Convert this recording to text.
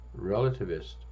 relativist